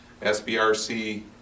SBRC